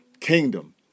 kingdom